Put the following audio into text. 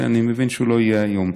שאני מבין שהוא לא יהיה היום.